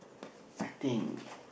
I think